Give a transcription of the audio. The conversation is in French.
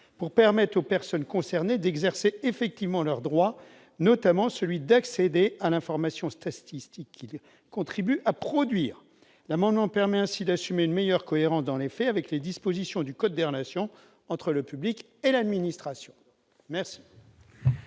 pour permettre aux personnes concernées d'exercer effectivement leurs droits, notamment celui d'accéder à l'information statistique, il contribue à produire l'amendement permet ainsi d'assumer une meilleure cohérence dans les faits, avec les dispositions du code des relations entre le public et l'administration merci.